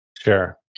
sure